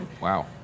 Wow